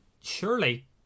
surely